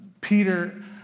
Peter